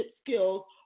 skills